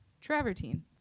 travertine